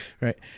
right